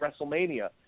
WrestleMania